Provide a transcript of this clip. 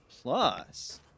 Plus